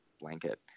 blanket